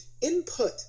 input